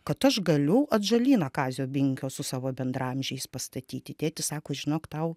kad aš galiu atžalyną kazio binkio su savo bendraamžiais pastatyti tėtis sako žinok tau